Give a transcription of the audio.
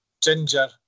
Ginger